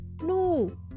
no